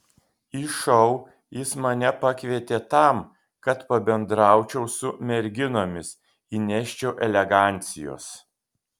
į šou jis mane pakvietė tam kad pabendraučiau su merginomis įneščiau elegancijos